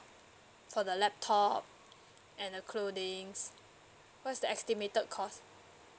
for the laptop and uh clothings what's the estimated cost